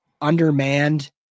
undermanned